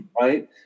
right